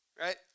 right